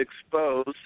exposed